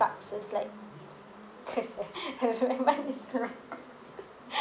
like cause